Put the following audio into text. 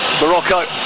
Morocco